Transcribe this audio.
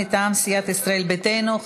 מטעם סיעת ישראל ביתנו,